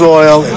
oil